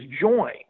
join